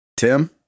tim